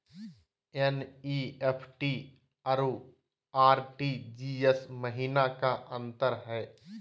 NEFT अरु RTGS महिना का अंतर हई?